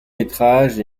métrages